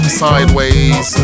sideways